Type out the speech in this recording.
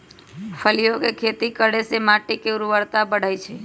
फलियों के खेती करे से माटी के ऊर्वरता बढ़ई छई